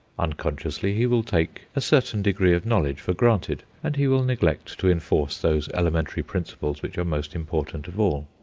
unconsciously he will take a certain degree of knowledge for granted, and he will neglect to enforce those elementary principles which are most important of all.